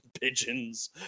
pigeons